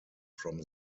from